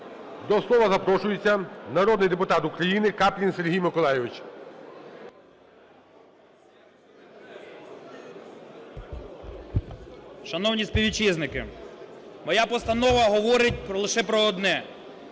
До слова запрошується народний депутат України Каплін Сергій Миколайович. 10:33:45 КАПЛІН С.М. Шановні співвітчизники, моя постанова говорить лише про одне: